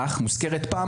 ולהסביר שזה לטובת